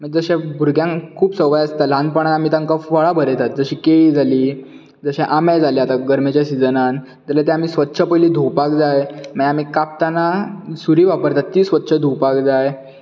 मागीर जशेंं भुरग्यांक खूब संवय आसता ल्हानपणान आमी तांकां फळां भरयतात जशीं केळीं जाली जशीं आंबे जाले आता गरमेच्या सिजनान जाल्यार ते आमी स्वच्छ पयली धुवपाक जाय मागीर कापताना सुरी वापरतात ती स्वच्छ धुवपाक जाय